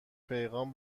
پیغام